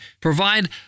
Provide